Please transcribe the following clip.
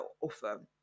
offer